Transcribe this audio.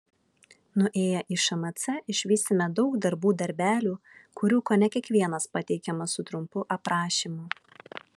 nuėję į šmc išvysime daug darbų darbelių kurių kone kiekvienas pateikiamas su trumpu aprašymu